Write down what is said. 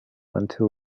until